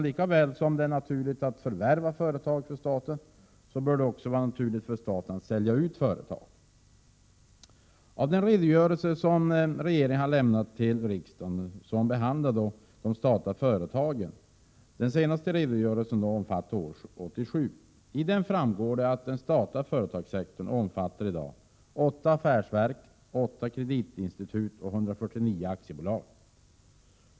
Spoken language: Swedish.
Lika väl som det är naturligt att förvärva företag bör det vara naturligt för staten att sälja ut företag. Av regeringens senaste redogörelse över de statliga företagen från år 1987 framgår att den statliga företagssektorn omfattar 8 affärsverk, 8 kreditinstitut och 149 aktiebolag.